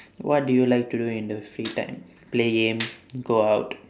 what do you like to do in the free time play game go out